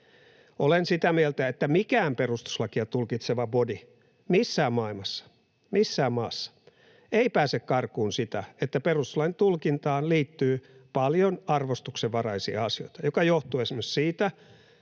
Olen sitä mieltä, että mikään perustuslakia tulkitseva bodi missään maassa ei pääse karkuun sitä, että perustuslain tulkintaan liittyy paljon arvostuksenvaraisia asioita, mikä johtuu esimerkiksi siitä,